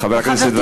חבר הכנסת וקנין.